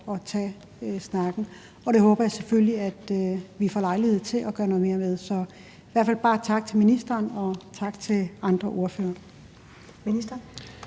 at tage snakken om, og det håber jeg selvfølgelig vi får lejlighed til at gøre noget mere ved. Så i hvert fald bare tak til ministeren, og tak til ordførerne.